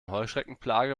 heuschreckenplage